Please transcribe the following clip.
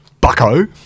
Bucko